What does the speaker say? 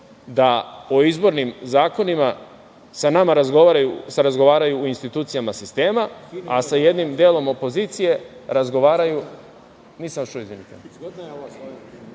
da o izbornim zakonima sa nama razgovaraju u institucijama sistema, a sa jednim delom opozicije razgovaraju…Nisam